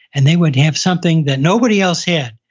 and they would have something that nobody else had.